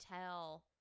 tell